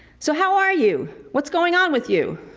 so how are you? what's going on with you?